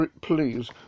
please